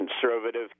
conservative